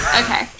Okay